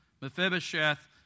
Mephibosheth